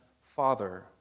father